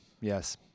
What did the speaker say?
yes